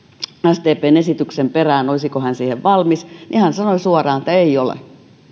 sdpn esityksen perään olisiko hän siihen valmis niin hän sanoi suoraan että ei ole